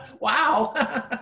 Wow